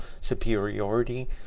superiority